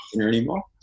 anymore